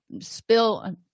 spill